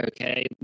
okay